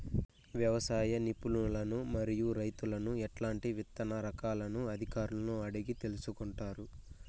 వ్యవసాయ నిపుణులను మరియు రైతులను ఎట్లాంటి విత్తన రకాలను అధికారులను అడిగి తెలుసుకొంటారు?